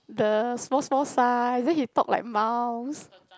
the small small size then he talk like mouse